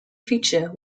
feature